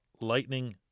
Lightning